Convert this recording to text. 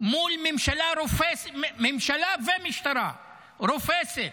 מול ממשלה ומשטרה רופסות,